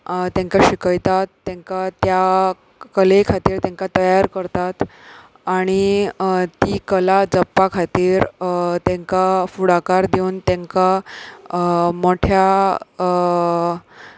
तांकां शिकयतात तांकां त्या कले खातीर तांकां तयार करतात आनी ती कला जपपा खातीर तांकां फुडाकार दिवन तांकां मोठ्या